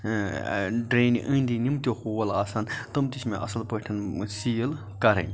ڈرینہِ أنٛدۍ أنٛدۍ یِم تہِ ہول آسَن تِم تہِ چھِ مےٚ اصل پٲٹھۍ سیٖل کَرٕنۍ